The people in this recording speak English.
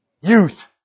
youth